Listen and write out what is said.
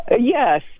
Yes